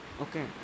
okay